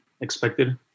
expected